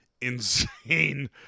insane